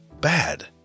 bad